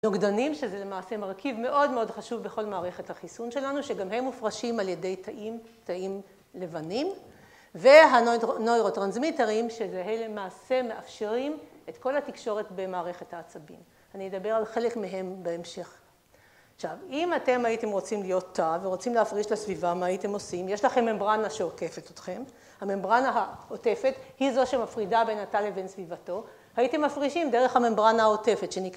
נוגדנים, שזה למעשה מרכיב מאוד מאוד חשוב בכל מערכת החיסון שלנו, שגם הם מופרשים על ידי תאים, תאים לבנים. והנוירוטרנסמיטרים, שאלה למעשה מאפשרים את כל התקשורת במערכת העצבים. אני אדבר על חלק מהם בהמשך. עכשיו, אם אתם הייתם רוצים להיות תא ורוצים להפריש את הסביבה, מה הייתם עושים? יש לכם ממברנה שעוקפת אתכם. הממברנה העוטפת היא זו שמפרידה בין התא לבין סביבתו. הייתם מפרישים דרך הממברנה העוטפת שנקראת.